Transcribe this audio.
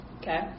Okay